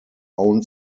own